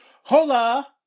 Hola